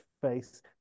face